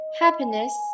happiness